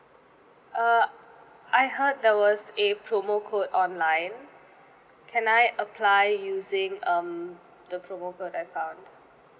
uh I heard there was a promo code online can I apply using um the promo code I found